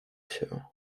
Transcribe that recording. się